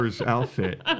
outfit